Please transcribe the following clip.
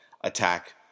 attack